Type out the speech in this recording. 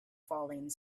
falling